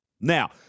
Now